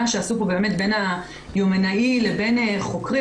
שעשו פה באמת בין היומנאי לבין חוקרים.